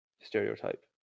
stereotype